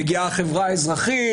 מגיעה החברה האזרחית,